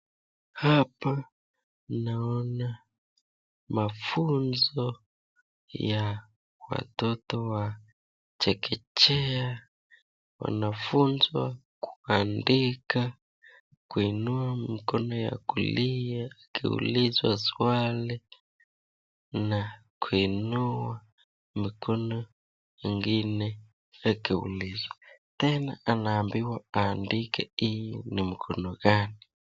Hapa naona mafunzo ya watoto wa chekechea wanafunzwa kuandika kuinua mkono wa kulia akiulizwa swali na kuinua mikono nyingine akiulizwa. Tena anaambiwa aandike hiyo ni mkono gani.